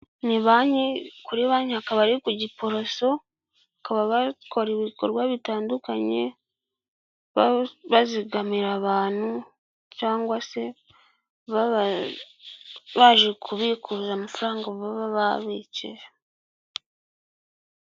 Ni kuri banki hakaba ari ku giporoso bakaba bakora ibikorwa bitandukanye bazigamira abantu cyangwa se baje kubikuza amafaranga baba babikije.